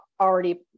already